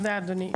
תודה, אדוני.